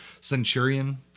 centurion